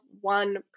one